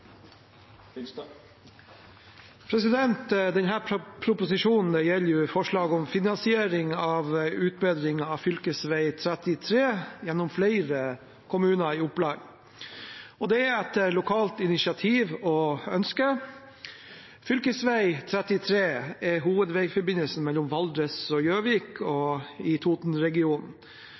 proposisjonen gjelder forslag om finansiering av utbedringer av fv. 33 gjennom flere kommuner i Oppland. Det er et lokalt initiativ og ønske. Fylkesvei 33 er hovedveiforbindelsen mellom Valdres og Gjøvik/Toten-regionen. Det er slik at veien har en standard som ikke står i